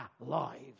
lives